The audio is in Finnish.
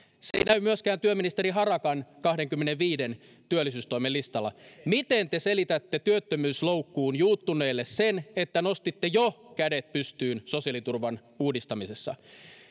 se ei näy myöskään työministeri harakan kahdenkymmenenviiden työllisyystoimen listalla miten te selitätte työttömyysloukkuun juuttuneelle sen että nostitte jo kädet pystyyn sosiaaliturvan uudistamisessa